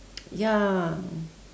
ya